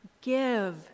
give